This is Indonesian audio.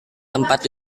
tempat